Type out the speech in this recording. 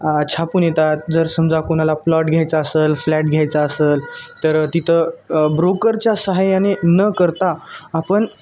छापून येतात जर समजा कोणाला प्लॉट घ्यायचा असंल फ्लॅट घ्यायचा असल तर तिथं ब्रोकरच्या सहाय्याने न करता आपण